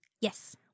Yes